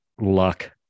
luck